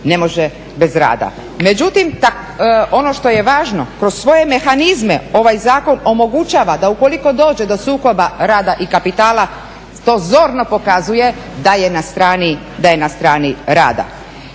ne može bez rada. Međutim, ono što je važno, kroz svoje mehanizme ovaj zakon omogućava da ukoliko dođe do sukoba rada i kapitala, to zorno pokazuje da je na strani rada.